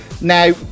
Now